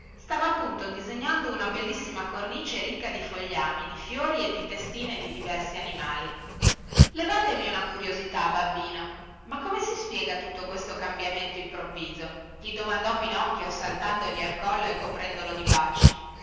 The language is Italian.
stava appunto disegnando una bellissima cornice ricca di fogliami di fiori e di testine di diversi animali levatemi una curiosità babbino ma come si spiega tutto questo cambiamento improvviso gli domandò pinocchio saltandogli al collo e coprendolo di baci